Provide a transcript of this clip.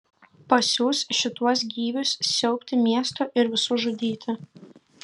pasiųs šituos gyvius siaubti miesto ir visų žudyti